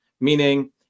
meaning